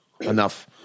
enough